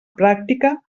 pràctica